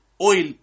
Oil